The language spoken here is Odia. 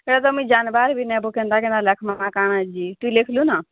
ସେଟା ତ ମୁଁଇଁ ଜାନବାର ବି ନେଇଁ ବୋ କେନ୍ତା କିନା ଲେଖମା କାଣା ଜି ତୁଇ ଲେଖଲୁ ନ